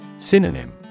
Synonym